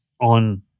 on